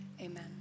Amen